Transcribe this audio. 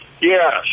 Yes